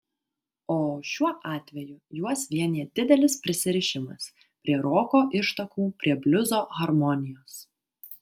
o šiuo atveju juos vienija didelis prisirišimas prie roko ištakų prie bliuzo harmonijos